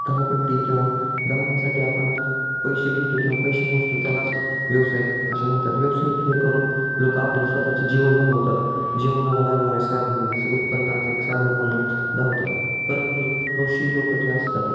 धावपट्टी किंवा धावण्या्साठी आपण पॆसे घेतो किंवा पैसे मोजतो त्यालाच व्यवसायिक असे म्हणतात व्यवसायिक हे करून लोकं आपले स्वतःचे जीवन भागवतात जीवनाला लागणारे साधन जसं उत्पन्नाचं एक साधन म्हणून धावतात परंतु हौशी लोकं जे असतात